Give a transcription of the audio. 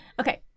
Okay